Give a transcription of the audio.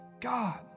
God